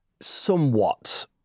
somewhat